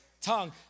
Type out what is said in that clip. tongue